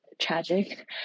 tragic